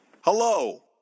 Hello